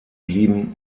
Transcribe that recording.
blieben